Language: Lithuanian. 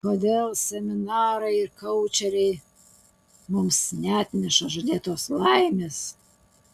kodėl seminarai ir koučeriai mums neatneša žadėtos laimės